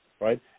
right